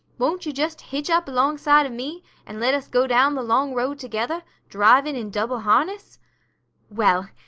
won't you just hitch up alongside of me and let us go down the long road together, driving in double harness well,